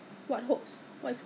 什么来的你买什么